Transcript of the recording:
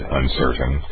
uncertain